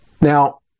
Now